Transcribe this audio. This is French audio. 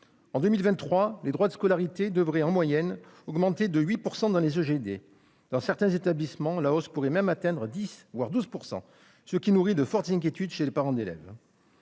En 2023, les droits de scolarité devraient augmenter en moyenne de 8 % dans les EGD. Dans certains établissements, la hausse pourrait même atteindre 10 %, voire 12 %, ce qui nourrit de fortes inquiétudes chez les parents d'élèves.